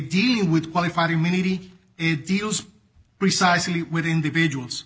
deal with qualified immunity it deals precisely with individuals